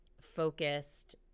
focused